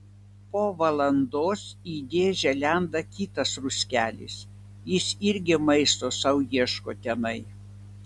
po valandos į dėžę lenda kitas ruskelis jis irgi maisto sau ieško tenai